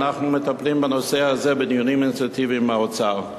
אנחנו מטפלים בנושא הזה בדיונים אינטנסיביים עם האוצר.